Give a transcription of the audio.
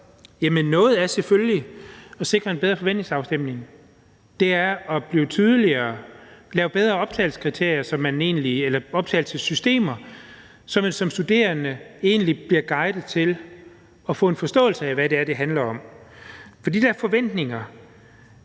noget er selvfølgelig at sikre en bedre forventningsafstemning; det er at blive tydeligere, lave bedre optagelseskriterier eller optagelsessystemer, så man som studerende egentlig bliver guidet til at få en forståelse af, hvad det er, det handler om. For de der forventninger